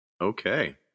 Okay